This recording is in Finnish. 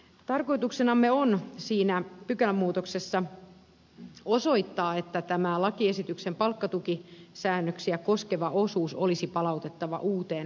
tarkoituksenamme on siinä pykälämuutoksissa osoittaa että tämä lakiesityksen palkkatukisäännöksiä koskeva osuus olisi palautettava uuteen valmisteluun